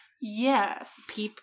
Yes